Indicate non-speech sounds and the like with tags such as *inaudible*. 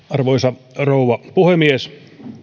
*unintelligible* arvoisa rouva puhemies